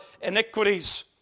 iniquities